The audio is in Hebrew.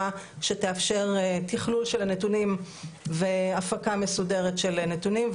שתאפשר תכלול של הנתונים והפקה מסודרת של נתונים,